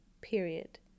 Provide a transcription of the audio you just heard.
period